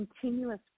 continuous